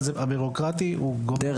ראיתי בנטפליקס דוקו בריטי על המילטון.